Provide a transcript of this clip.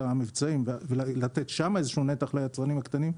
המבצעים ולתת שם נתח ליצרנים הקטנים.